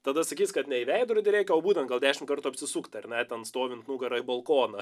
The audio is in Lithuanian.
tada sakys kad ne į veidrodį reikia o būtent gal dešimt kartų apsisukt ar ne ir ten stovint nugara į balkoną